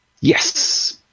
Yes